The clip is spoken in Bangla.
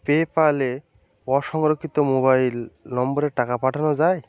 পেপ্যালে অসংরক্ষিত মোবাইল নম্বরে টাকা পাঠানো যায়